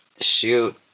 shoot